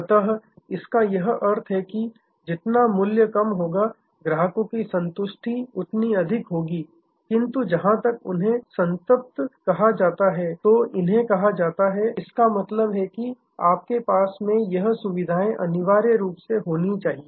अतः इसका यह अर्थ है कि जितना मूल्य कम होगा ग्राहकों की संतुष्टि उतनी अधिक होगी किंतु जहां तक उन्हें संतृप्त कहा जाता है तो इन्हें कहा जाता है इसका मतलब है कि आपके पास में यह सुविधाएं अनिवार्य रूप से होनी चाहिए